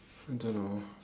I don't know